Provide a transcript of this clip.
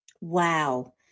Wow